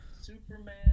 Superman